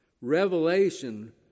Revelation